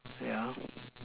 yeah